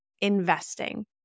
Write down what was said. investing